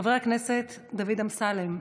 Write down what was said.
חבר הכנסת דוד אמסלם,